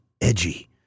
edgy